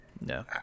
No